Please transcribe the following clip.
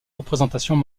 représentations